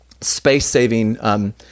space-saving